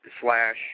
slash